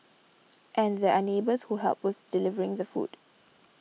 and there are neighbours who help with delivering the food